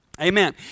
Amen